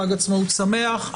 חג עצמאות שמח.